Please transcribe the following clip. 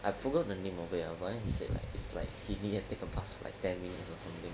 I forgot the name of it ah but then he said like it's like he needed to take a bus for like ten minutes or something